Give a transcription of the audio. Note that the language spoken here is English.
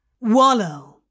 Wallow